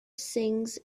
sings